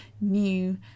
new